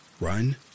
Run